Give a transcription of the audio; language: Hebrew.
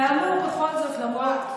כאמור, בכל זאת, רעה.